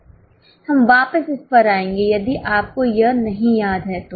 हम वापस इस पर आएँगे यदि आपको यह नहीं याद है तो